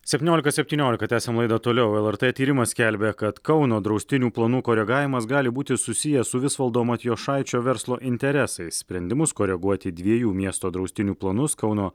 septyniolika septyniolika tęsiam laidą toliau lrt tyrimas skelbia kad kauno draustinių planų koregavimas gali būti susijęs su visvaldo matijošaičio verslo interesais sprendimus koreguoti dviejų miesto draustinių planus kauno